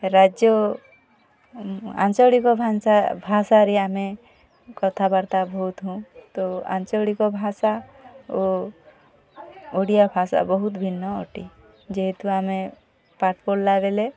ରାଜ୍ୟ ଆଞ୍ଚଳିକ ଭାଷା ଭାଷାରେ ଆମେ କଥାବାର୍ତ୍ତା ବହୁତ ହଉ ତ ଆଞ୍ଚଳିକ ଭାଷା ଓଡ଼ିଆ ଭାଷା ବହୁତ ଭିନ୍ନ ଅଟେ ଯେହେତୁ ଆମେ ପାଠ୍ ପଢ଼ିଲା ବେଲେ